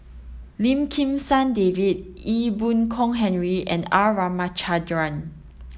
Lim Kim San David Ee Boon Kong Henry and R Ramachandran